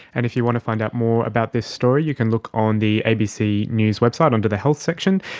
and if you want to find out more about this story, you can look on the abc news website under the health section.